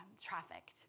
trafficked